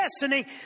destiny